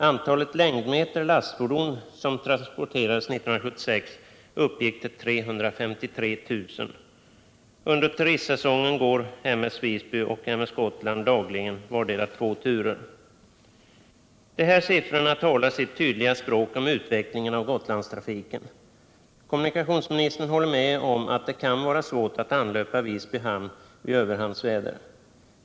Antalet längdmeter lastfordon som transporterades uppgick 1976 till 353 000. Under turistsäsongen går M S Gotland dagligen två turer vardera. De här siffrorna talar sitt tydliga språk om utvecklingen av Gotlandstrafiken. Kommunikationsministern håller med om att det kan vara svårt att anlöpa Visby hamn vid överhandsväder.